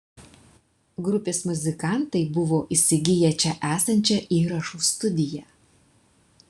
grupės muzikantai buvo įsigiję čia esančią įrašų studiją